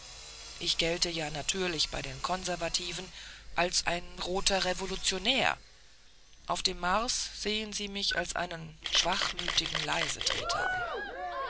ich gelte ja natürlich bei den konservativen als ein roter revolutionär auf dem mars sehen sie mich als einen schwachmütigen leisetreter an